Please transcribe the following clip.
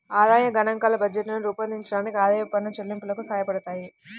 ఆదాయ గణాంకాలు బడ్జెట్లను రూపొందించడానికి, ఆదాయపు పన్ను చెల్లింపులకు సహాయపడతాయి